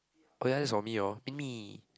oh ya that's on me orh in me